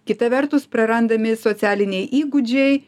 kita vertus prarandami socialiniai įgūdžiai